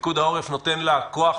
פיקוד העורף נותן לה כוח,